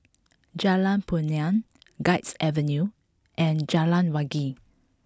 Jalan Punai Guards Avenue and Jalan Wangi